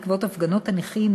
בעקבות הפגנות הנכים,